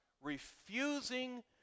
refusing